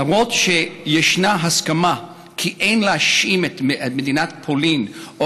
למרות שישנה הסכמה כי אין להאשים את מדינת פולין או